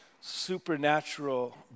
supernatural